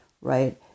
right